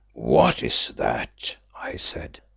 what is that? i said.